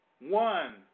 one